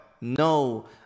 No